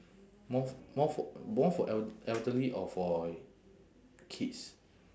more f~ more for more for el~ elderly or for kids